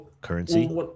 currency